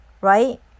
right